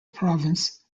province